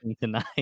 tonight